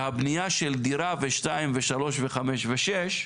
והבנייה של דירה ושתיים ושלוש וחמש ושש,